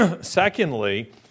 secondly